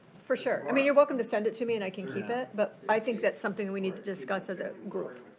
for sure. i mean you're welcome to send it to me and i can keep it. but i think that's something we need to discuss as a group.